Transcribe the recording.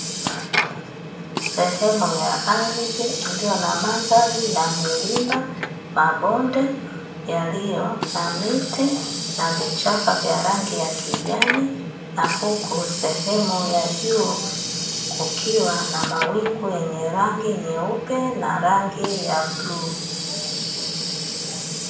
Sehemu ya ardhi iliyo na mandhari ya milima, mabonde yaliyo na miti na vichaka vya rangi ya kijani, na huku sehemu ya juu kukiwa na mawingu yenye rangi nyeupe na rangi ya bluu.